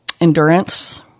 endurance